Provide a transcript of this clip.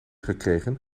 gekregen